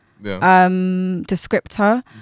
descriptor